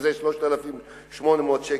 שזה 3,800 שקל,